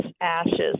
ashes